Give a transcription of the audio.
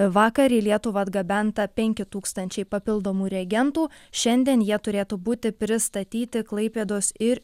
vakar į lietuvą atgabenta penki tūkstančiai papildomų reagentų šiandien jie turėtų būti pristatyti klaipėdos ir